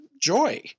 joy